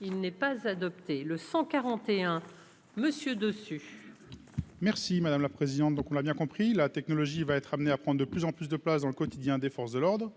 il n'est pas adopté le 141 monsieur dessus. Merci madame la présidente, donc on l'a bien compris la technologie va être amené à prendre de plus en plus de place dans le quotidien des forces de l'ordre